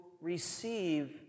Receive